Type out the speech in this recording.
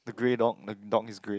the grey dog the dog is grey